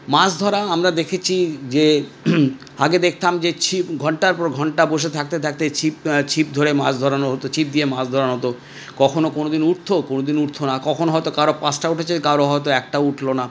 মাছ ধরা আমরা দেখেছি যে আগে দেখতাম যে ছিপ ঘন্টার পর ঘন্টা বসে থাকতে থাকতে ছিপ ছিপ ধরে মাছ ধরানো হত ছিপ দিয়ে মাছ ধরানো হত কখনও কোনোদিন উঠত কোনোদিন উঠত না কখন হয়ত কারুর পাঁচটা উঠেছে কারুর হয়ত একটাও উঠল না